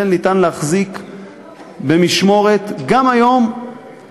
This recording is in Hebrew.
גם היום ניתן להחזיק במשמורת חודשיים,